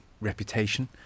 reputation